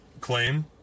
claim